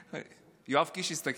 יואב קיש הסתכל עליך אפילו,